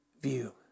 view